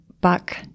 buck